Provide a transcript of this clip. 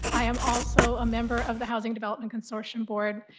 i am also a member of the housing development consortium board,